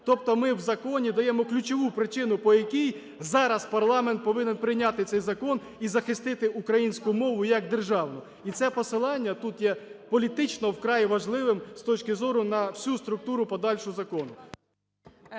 Тобто ми в законі даємо ключову причину, по якій зараз парламент повинен прийняти цей закон і захистити українську мову як державну. І це посилання тут є політично вкрай важливим з точки зору на всю структуру подальшу закону.